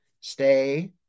Stay